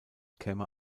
käme